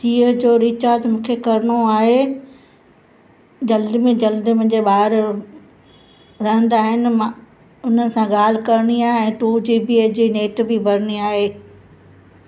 जीओ जो रीचार्ज मूंखे करिणो आहे जल्द में जल्द मुंहिंजे ॿार रहंदा आहिनि मां उन सां ॻाल्हि करिणी आहे टू जीबीअ जी नेट बि भरिणी आहे